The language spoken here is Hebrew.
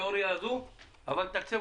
מפיץ את התיאוריה הזאת אבל לתקצב,